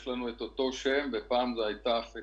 יש לנו את אותו שם ופעם "פניציה"